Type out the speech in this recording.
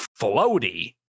floaty